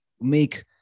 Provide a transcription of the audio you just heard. make